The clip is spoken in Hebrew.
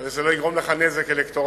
אני מקווה שזה לא יגרום לך נזק אלקטורלי.